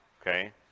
okay